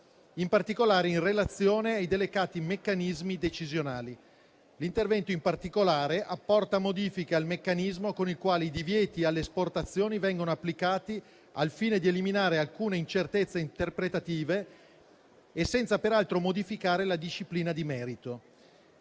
in particolare in relazione ai delicati meccanismi decisionali. L'intervento, in particolare, apporta modifiche al meccanismo con il quale i divieti alle esportazioni vengono applicati al fine di eliminare alcune incertezze interpretative e senza peraltro modificare la disciplina di merito.